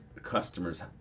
Customers